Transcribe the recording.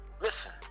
listen